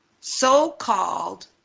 so-called